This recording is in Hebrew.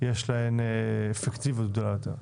יש להן אפקטיביות גדולה יותר.